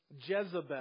Jezebel